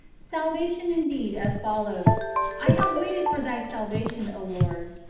salvation, indeed, as follows i have waited for thy salvation, o lord.